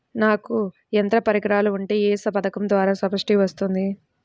నాకు యంత్ర పరికరాలు ఉంటే ఏ పథకం ద్వారా సబ్సిడీ వస్తుంది?